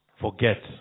forget